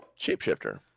shapeshifter